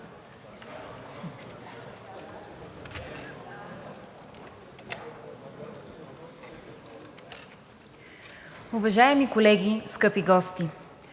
Уважаеми колеги, скъпи гости!